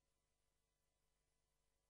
רוצים ריבונו של עולם, מאיתנו?